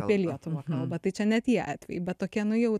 apie lietuvą kalba tai čia ne tie atvejai bet tokie nu jau